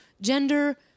gender